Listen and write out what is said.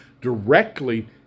directly